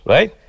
Right